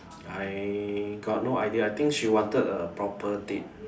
I got no idea I think she wanted a proper date